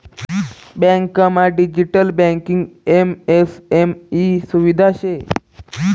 बँकमा digital banking MSME सुविधा शे